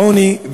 עוני,